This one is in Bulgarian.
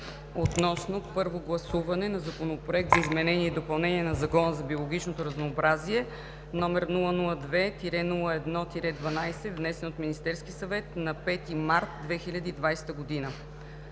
относно първо гласуване на Законопроект за изменение и допълнение на Закона за биологичното разнообразие, № 002-01-12, внесен от Министерски съвет на 5 март 2020 г.